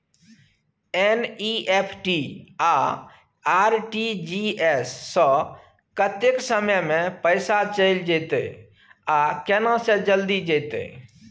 NEFT आ RTGS स कत्ते समय म पैसा चैल जेतै आ केना से जल्दी जेतै?